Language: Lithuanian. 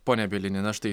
pone bielini na štai